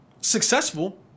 successful